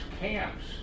camps